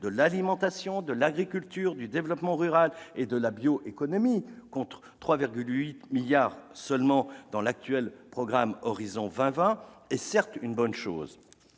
de l'alimentation, de l'agriculture, du développement rural et de la bioéconomie, contre seulement 3,8 milliards d'euros dans l'actuel programme Horizon 2020, est certes une bonne chose.